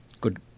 Good